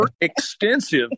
extensive